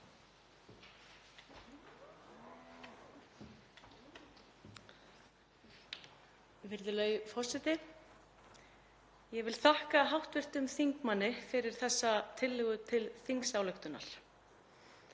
Ég vil þakka hv. þingmanni fyrir þessa tillögu til þingsályktunar.